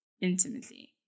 intimacy